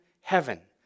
heaven